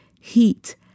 Heat